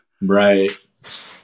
Right